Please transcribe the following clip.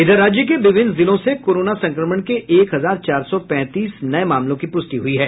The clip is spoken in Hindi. इधर राज्य के विभिन्न जिलों से कोरोना संक्रमण के एक हजार चार सौ पैंतीस नये मामलों की पुष्टि हुई है